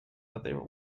other